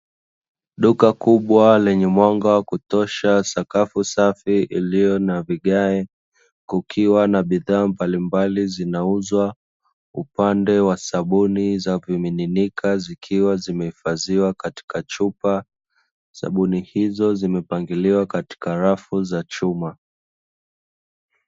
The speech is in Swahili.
Duka kubwa lenye mwanga wa kutosha, sakafu safi iliyo na vigae, kukiwa na bidhaa mbalimbali zinauzwa. Upande wa sabuni za viminika zikiwa zimehifadhiwa katika chupa. Sabuni hizo zimepangiliwa katika rafu za chuma.